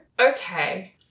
Okay